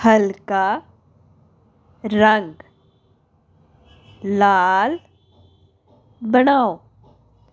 ਹਲਕਾ ਰੰਗ ਲਾਲ ਬਣਾਓ